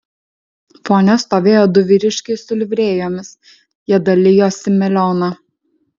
fone stovėjo du vyriškiai su livrėjomis jie dalijosi melioną